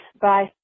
Bye